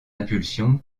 impulsion